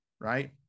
right